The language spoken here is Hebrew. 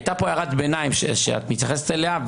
הייתה פה הערת ביניים שאת מתייחסת אליה,